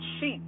sheep